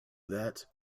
that